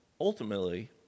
ultimately